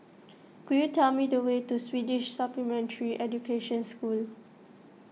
could you tell me the way to Swedish Supplementary Education School